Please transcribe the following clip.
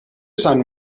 son